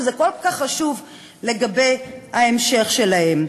שזה כל כך חשוב לגבי ההמשך שלהם.